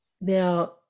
Now